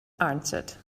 answered